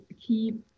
keep